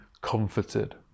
comforted